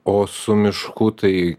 o su mišku tai